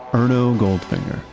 erno goldfinger.